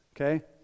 Okay